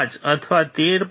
5 અથવા 13